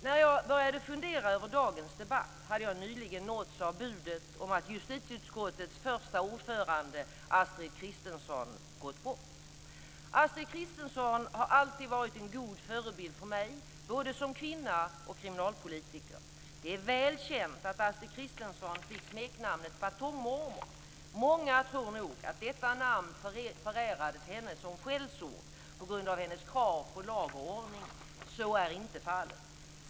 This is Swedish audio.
När jag började fundera över dagens debatt hade jag nyligen nåtts av budet att justitieutskottets första ordförande, Astrid Kristensson, gått bort. Astrid Kristensson har alltid varit en god förebild för mig både som kvinna och kriminalpolitiker. Det är väl känt att Astrid Kristensson fick smeknamnet "batongmormor". Många tror nog att detta namn förärades henne som skällsord på grund av hennes krav på lag och ordning. Så är inte fallet.